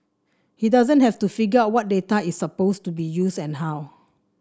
he doesn't have to figure out what data is supposed to be used and how